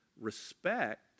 respect